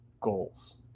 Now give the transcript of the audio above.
goals